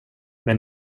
men